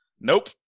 Nope